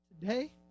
Today